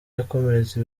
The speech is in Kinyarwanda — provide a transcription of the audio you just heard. yakomeretse